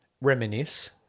reminisce